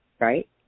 right